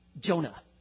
Jonah